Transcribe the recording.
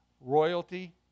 royalty